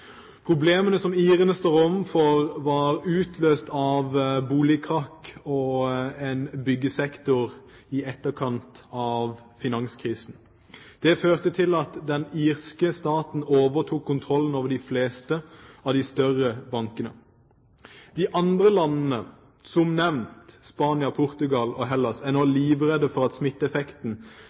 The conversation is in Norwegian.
Problemene som irene står overfor, er utløst av boligkrakk og byggesektoren i etterkant av finanskrisen. Det førte til at den irske staten overtok kontrollen over de fleste av de større bankene. De andre landene som er nevnt – Spania, Portugal og Hellas – er nå livredde for smitteeffekten